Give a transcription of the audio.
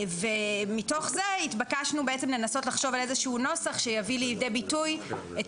מתוך זה התבקשנו לנסות לחשוב על איזשהו נוסח שיביא לידי ביטוי את